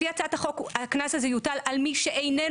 לפי הצעת החוק הקנס הזה יוטל על מי שאיננו